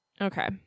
okay